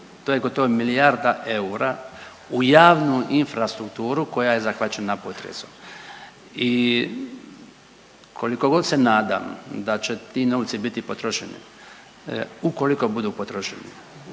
to je gotovo milijarda eura u javnu infrastrukturu koja je zahvaćena potresom. I koliko god se nadam da će ti novci biti potrošeni, ukoliko budu potrošeni,